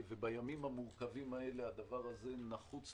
בימים המורכבים האלה הדברים האלה נחוצים